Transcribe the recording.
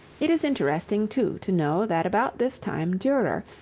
it is interesting, too, to know that about this time durer,